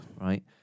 Right